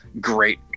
great